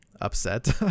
upset